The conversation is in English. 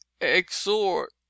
exhort